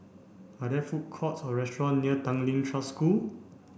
are there food courts or restaurant near Tanglin Trust School